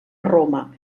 roma